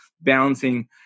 balancing